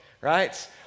right